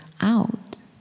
out